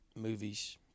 movies